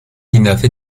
ایندفعه